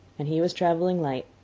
and he was travelling light.